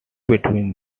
between